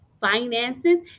finances